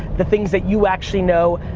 the things that you actually know,